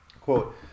Quote